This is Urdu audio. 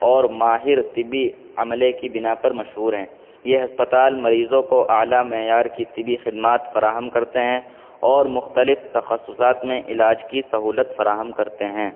اور ماہر طبی عملے کی بنا پر مشہور ہیں یہ ہسپتال مریضوں کو اعلیٰ معیار کی طبی خدمات فراہم کرتے ہیں اور مختلف تخصصات میں علاج کی سہولت فراہم کرتے ہیں